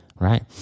Right